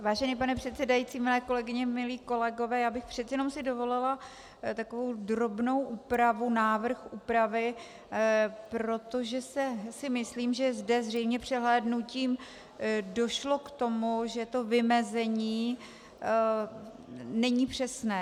Vážený pane předsedající, milé kolegyně, milí kolegové, já bych si přece jen dovolila takovou drobnou úpravu, návrh úpravy, protože si myslím, že zde zřejmě přehlédnutím došlo k tomu, že to vymezení není přesné.